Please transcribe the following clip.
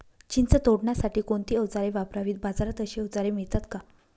चिंच तोडण्यासाठी कोणती औजारे वापरावीत? बाजारात अशी औजारे मिळतात का?